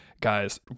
guys